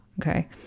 Okay